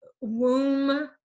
womb